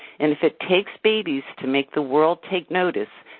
and if it takes babies to make the world take notice,